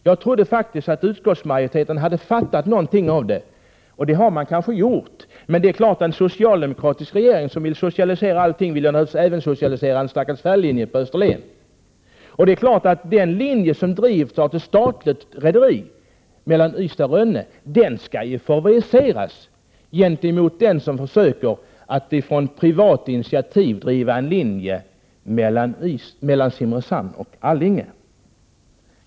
Jag trodde faktiskt att utskottsmajoriteten hade fattat någonting av det här. Det har den kanske gjort, men det är klart att en socialdemokratisk regering som vill socialisera allting också vill socialisera en stackars färjelinje på Österlen. Och det är också klart att den linje som drivs av ett statligt rederi mellan Ystad och Rönne skall favoriseras i förhållande till den linje som man på privat initiativ försöker att driva mellan Simrishamn och Allinge.